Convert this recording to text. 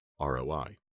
ROI